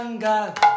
God